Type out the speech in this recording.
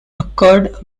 occurred